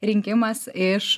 rinkimas iš